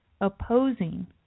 opposing